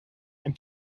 ein